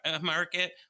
market